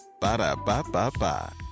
Ba-da-ba-ba-ba